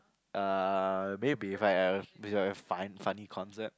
uh maybe if it's a funny concept